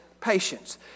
patience